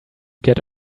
get